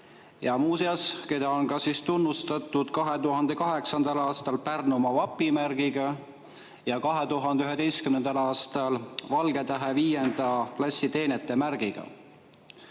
Ja muuseas, teda on tunnustatud 2008. aastal Pärnumaa vapimärgiga ja 2011. aastal Valgetähe V klassi teenetemärgiga.